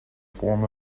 form